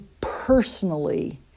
personally